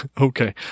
Okay